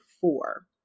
four